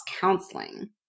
counseling